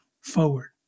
forward